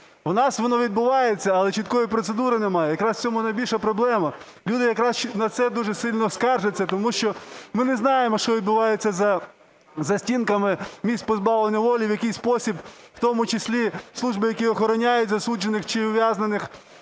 У нас воно відбувається, але чіткої процедури немає. Якраз в цьому найбільша проблема. Люди якраз на це дуже сильно скаржаться, тому що ми не знаємо, що відбувається за стінками місць позбавлення волі, в який спосіб, в тому числі служби, які охороняють засуджених чи ув'язнених,